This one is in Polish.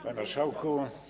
Panie Marszałku!